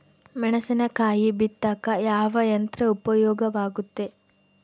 ಮೆಣಸಿನಕಾಯಿ ಬಿತ್ತಾಕ ಯಾವ ಯಂತ್ರ ಉಪಯೋಗವಾಗುತ್ತೆ?